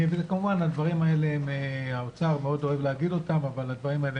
וכמובן האוצר מאוד אוהב לומר את הדברים האלה,